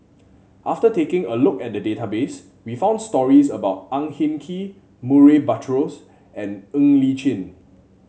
after taking a look at the database we found stories about Ang Hin Kee Murray Buttrose and Ng Li Chin